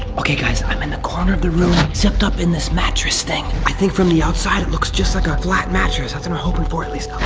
okay guys. i'm in the corner of the room zipped up in this mattress thing. i think from the outside it looks just like a flat mattress. that's what i'm hoping for at least. oh,